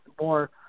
more